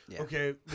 Okay